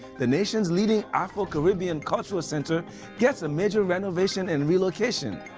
the nation's leading afro-caribbean cultural center gets a major renovation and relocation.